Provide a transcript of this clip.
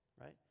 right